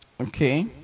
Okay